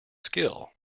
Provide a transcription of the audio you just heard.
skill